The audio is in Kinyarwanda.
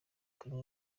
kunywa